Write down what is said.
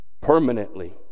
permanently